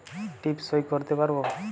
টিপ সই করতে পারবো?